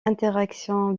interaction